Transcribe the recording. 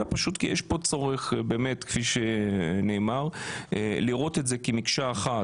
אלא פשוט כי יש פה צורך באמת כפי שנאמר לראות את זה כמקשה אחת,